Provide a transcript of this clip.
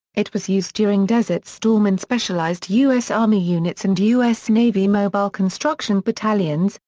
it was used during desert storm in specialized u s. army units and u s. navy mobile construction battalions,